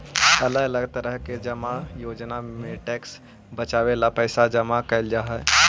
अलग अलग तरह के जमा योजना में टैक्स बचावे ला पैसा जमा कैल जा हई